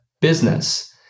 business